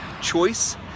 choice